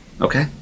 Okay